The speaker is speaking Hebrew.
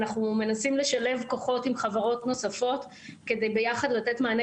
אנחנו מנסים לשלב כוחות עם חברות נוספות כדי לתת מענה